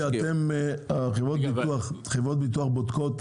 חברות הביטוח בודקות